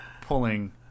pulling